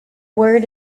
word